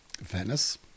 Venice